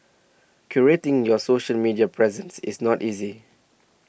curating your social media presence is not easy